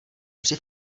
při